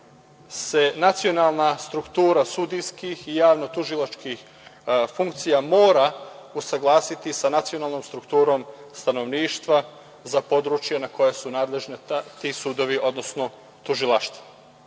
se nacionalna struktura sudijskih i javnotužilačkih funkcija mora usaglasiti sa nacionalnom strukturom stanovništva za područja za koje su nadležni ti sudovi, odnosno tužilaštva.